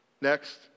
Next